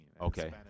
Okay